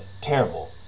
terrible